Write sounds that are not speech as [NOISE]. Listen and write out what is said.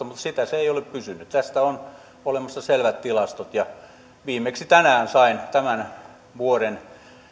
[UNINTELLIGIBLE] mutta siinä se ei ole pysynyt tästä on olemassa selvät tilastot ja viimeksi tänään sain tämän vuoden